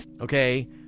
Okay